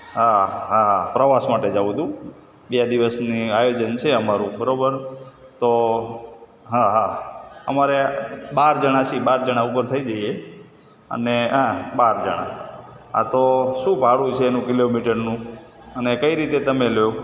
હા હા પ્રવાસ માટે જવું હતું બે દિવસનું આયોજન છે અમારું બરાબર તો હા હા અમારે બાર જણા છીએ બાર જણા ઉપર થઇ જઈએ અને હા બાર જણા હા તો શું ભાડું છે એનું કિલોમીટરનું અને કઈ રીતે તમે લો